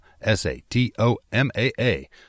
S-A-T-O-M-A-A